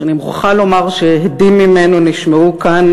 שאני מוכרחה לומר שהדים ממנו נשמעו כאן